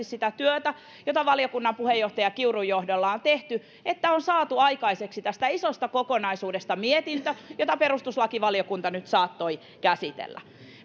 sitä työtä jota valiokunnan puheenjohtaja kiurun johdolla on tehty niin että on saatu aikaiseksi tästä isosta kokonaisuudesta mietintö jota perustuslakivaliokunta saattoi nyt käsitellä